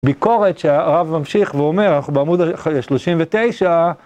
ביקורת שהרב ממשיך ואומר, אנחנו בעמוד ה-39.